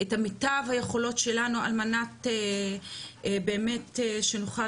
את מיטב היכולות שלנו על מנת באמת שנוכל